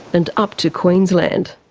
and up to queensland.